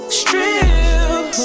strip